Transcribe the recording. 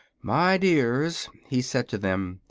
my dears, he said to them,